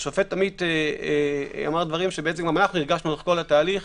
השופט עמית אמר דברים שגם אנחנו הרגשנו לאורך כל התהליך.